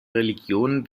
religion